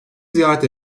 ziyaret